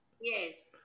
Yes